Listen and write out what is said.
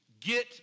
get